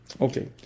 Okay